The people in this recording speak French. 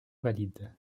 valide